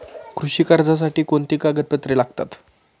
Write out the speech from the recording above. कृषी कर्जासाठी कोणती कागदपत्रे लागतात?